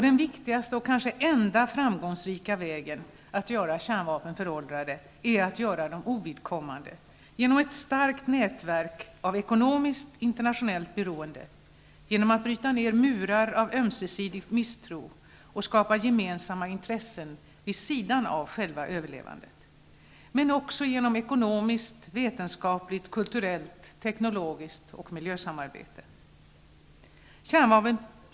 Den viktigaste och kanske enda framgångsrika vägen att göra kärnvapen föråldrade är att göra dem ovidkommande genom ett starkt nätverk av ekonomiskt internationellt beroende, genom att bryta ner murar av ömsesidig misstro och skapa gemensamma intressen vid sidan av själva överlevandet, men också genom ekonomiskt, vetenskapligt, kulturellt och teknologiskt samarbete samt samarbete rörande miljön.